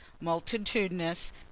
multitudinous